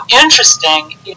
interesting